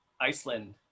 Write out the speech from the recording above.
iceland